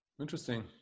Interesting